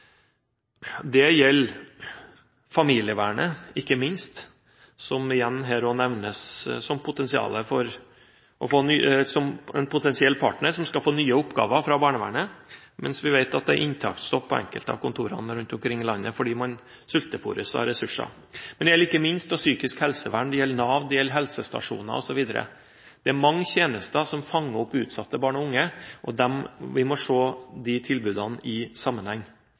Det gjelder ikke minst familievernet, som igjen nevnes som en potensiell partner som skal få nye oppgaver fra barnevernet, selv om vi vet at det er inntaksstopp på enkelte av kontorene rundt omkring i landet fordi man sultefôres på ressurser. Det gjelder ikke minst psykisk helsevern, det gjelder Nav, det gjelder helsestasjoner osv. Det er mange tjenester som fanger opp utsatte barn og unge, og vi må se disse tilbudene i sammenheng.